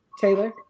Taylor